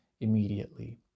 immediately